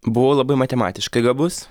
buvau labai matematiškai gabus